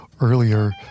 earlier